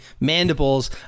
mandibles